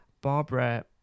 Barbara